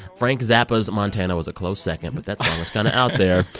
frank zappa's montana was a close second, but that song was kind of out there.